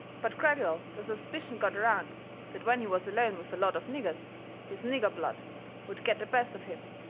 but gradual the suspicion got around that when he was alone with a lot of niggers his nigger blood would get the best of him,